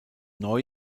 neu